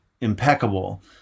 impeccable